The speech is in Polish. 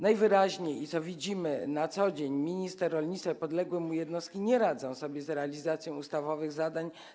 Najwyraźniej, co widzimy na co dzień, minister rolnictwa i podległe mu jednostki nie radzą sobie z realizacją ustawowych zadań.